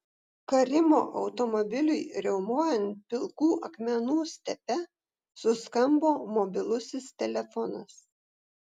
karimo automobiliui riaumojant pilkų akmenų stepe suskambo mobilusis telefonas